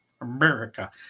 America